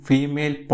Female